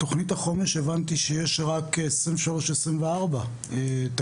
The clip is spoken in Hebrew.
תוכנית החומש הבנתי שיש רק 23-24 תקציב,